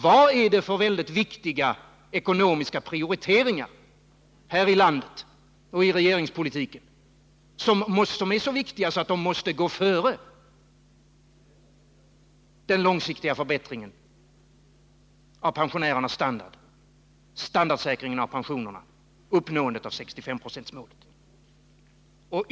Vad är det för mycket viktiga ekonomiska prioriteringar här i landet och i regeringspolitiken som är så viktiga att de måste gå före den långsiktiga förbättringen av pensionärernas standard, standardsäkringen av pensionerna och uppnåendet av 65-procentmålet?